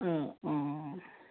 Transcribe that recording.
অঁ অঁ